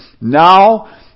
now